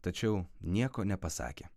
tačiau nieko nepasakė